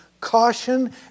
caution